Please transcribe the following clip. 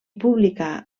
publicà